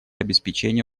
обеспечения